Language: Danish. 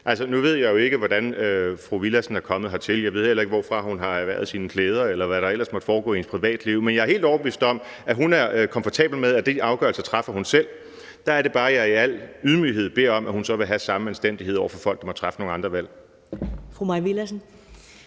Nu ved jeg jo ikke, hvordan fru Mai Villadsen er kommet hertil, og jeg ved heller ikke, hvorfra hun har erhvervet sine klæder, eller hvad der ellers måtte foregå i hendes privatliv, men jeg er helt overbevist om, at hun har det komfortabelt med, at hun selv træffer de afgørelser. Der er det bare, at jeg i al ydmyghed beder om, at hun så vil have samme anstændighed over for folk, der måtte træffe nogle andre valg.